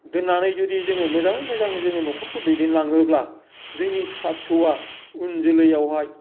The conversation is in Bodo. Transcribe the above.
दोननानै जुदि जोङो मोजाङै मोजां जोङो न'खरखौ दैदेनलाङोब्ला जोंनि फिसा फिसौआ उन जोलैयावहाय